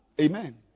Amen